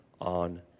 on